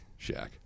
Shaq